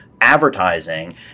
advertising